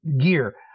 gear